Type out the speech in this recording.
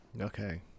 okay